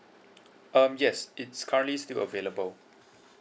um yes it's currently still available